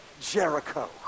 Jericho